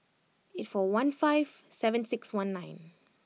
eight four one five seven six one nine